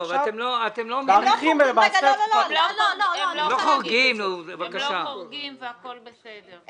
עכשיו מאריכים למעשה את תקופת --- הם לא חורגים והכול בסדר.